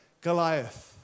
Goliath